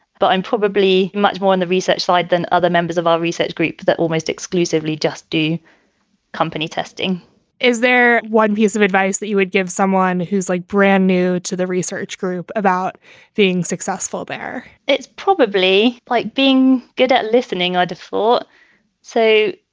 but i'm probably much more on the research side than other members of our research group that almost exclusively just do company testing is there one piece of advice that you would give someone who's like brand new to the research group about being successful there? it's probably like being good at listening ah for, say,